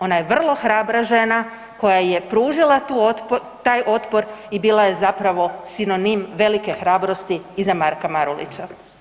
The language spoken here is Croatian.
Ona je vrlo hrabra žena koja je pružila taj otpor i bila je zapravo sinonim velike hrabrosti i za Marka Marulića.